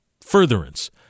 furtherance